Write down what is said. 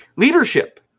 Leadership